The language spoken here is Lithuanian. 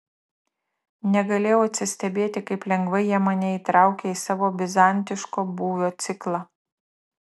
negalėjau atsistebėti kaip lengvai jie mane įtraukė į savo bizantiško būvio ciklą